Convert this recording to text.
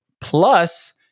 plus